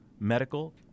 Medical